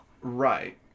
Right